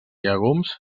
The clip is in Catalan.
llegums